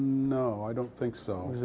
no, i don't think so.